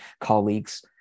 colleagues